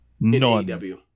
None